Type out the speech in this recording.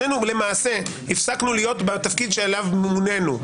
שנינו, למעשה, הפסקנו להיות בתפקיד שאליו מונינו.